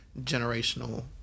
generational